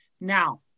Now